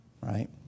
Right